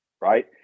right